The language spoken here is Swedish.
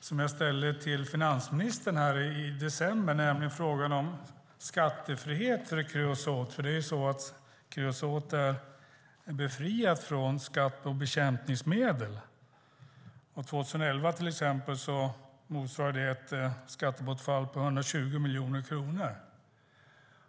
som jag ställde till finansministern i december, nämligen frågan om skattefrihet för kreosot. Kreosot är befriat från skatt på bekämpningsmedel. Det motsvarade till exempel år 2011 ett skattebortfall på 120 miljoner kronor.